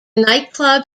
nightclub